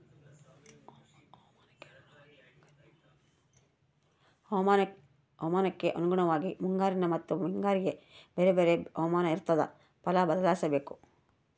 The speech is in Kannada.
ಹವಾಮಾನಕ್ಕೆ ಅನುಗುಣವಾಗಿ ಮುಂಗಾರಿನ ಮತ್ತಿ ಹಿಂಗಾರಿಗೆ ಬೇರೆ ಬೇರೆ ಹವಾಮಾನ ಇರ್ತಾದ ಫಲ ಬದ್ಲಿಸಬೇಕು